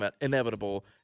inevitable